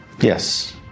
Yes